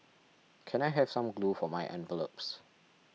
can I have some glue for my envelopes